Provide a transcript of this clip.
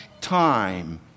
time